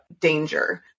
danger